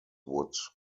would